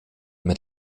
mit